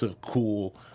cool